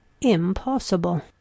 impossible